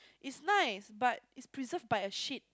it's nice but it's preserved by a shit